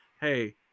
Hey